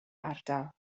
ardal